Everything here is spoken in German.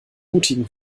mutigen